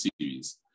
series